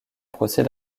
procès